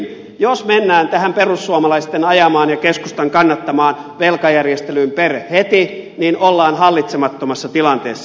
jos mennään tähän perussuomalaisten ajamaan ja keskustan kannattamaan velkajärjestelyyn per heti niin ollaan hallitsemattomassa tilanteessa